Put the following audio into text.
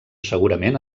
segurament